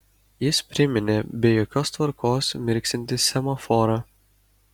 jis priminė be jokios tvarkos mirksintį semaforą